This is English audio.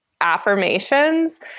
affirmations